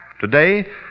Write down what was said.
Today